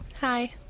Hi